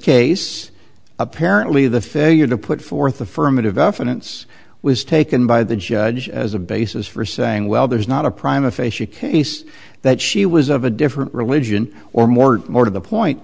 case apparently the failure to put forth affirmative evidence was taken by the judge as a basis for saying well there's not a prime a facie case that she was of a different religion or more more to the point